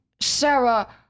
Sarah